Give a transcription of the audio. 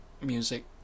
music